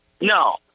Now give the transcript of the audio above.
No